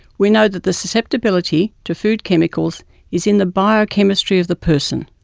we know that the susceptibility to food chemicals is in the biochemistry of the person,